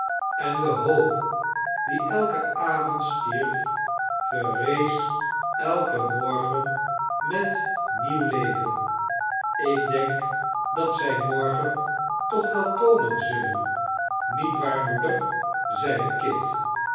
en de hoop die elken avond stierf verrees elken morgen met nieuw leven ik denk dat zij morgen toch wel komen zullen niet waar moeder zeide kit